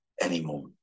anymore